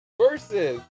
versus